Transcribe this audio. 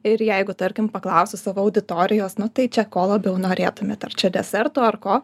ir jeigu tarkim paklausiu savo auditorijos nu tai čia ko labiau norėtumėt ar čia deserto ar ko